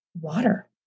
water